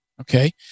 okay